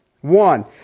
One